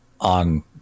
on